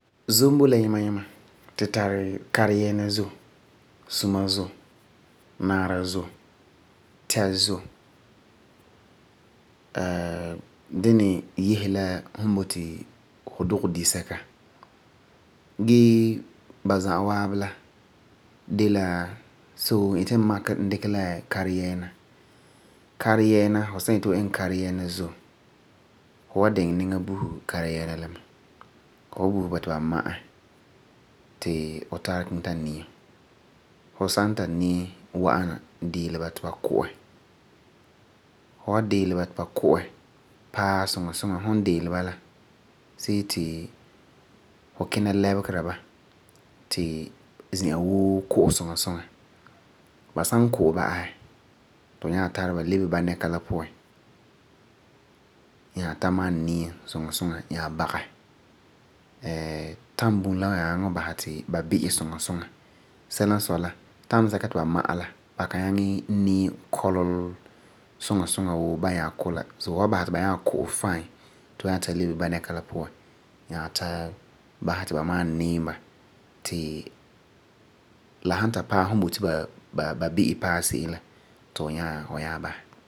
Zom boi la yima yima, tu tari kareyɛɛna zom, suma zom, naara zone, tɛa zom. dini yese la fu boti fu dugɛ di sɛka. Gee ba za'a waabi la, de la, so n yeti n dikɛ makɛ la kareyɛɛna. Fu san yeti fu iŋɛ kareyɛɛna zom, fu wa diŋɛ niŋa buse kareyɛɛna la mɛ. Fu wan buse ba ti ba ma'a ti fu tara kiŋɛ ta niim, fu san ta niim wa'ana diilɛ ba ti ba ku'ɛ, fu san diilɛ ba yi ba ku'ɛ ti ba san ku'ɛ paa suŋa suŋa see ti fu kina lɛbekera. Tu fu nyaa tari lebe banɛka la puan nyaa ta basɛ ti ba nyaa niim ba ti la san ta paɛ fu boti ba bi'ɛ paɛ fu boti se'em la ti fu nyaa basɛ.